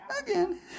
Again